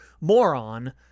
moron